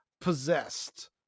possessed